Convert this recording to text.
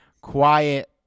quiet